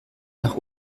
nach